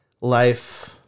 life